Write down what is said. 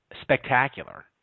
spectacular